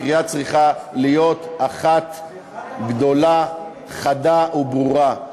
הקריאה צריכה להיות אחת, גדולה, חדה וברורה: